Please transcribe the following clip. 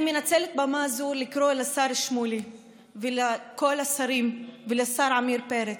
אני מנצלת במה זו לקרוא לשר שמולי ולכל השרים ולשר עמיר פרץ: